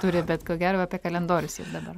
turi bet ko gero apie kalendorius yra dabar